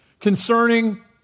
Concerning